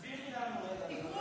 תסבירי לנו רגע,